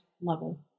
level